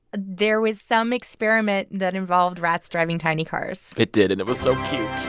there was some experiment that involved rats driving tiny cars it did. and it was so cute